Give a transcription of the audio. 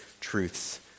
truths